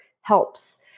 helps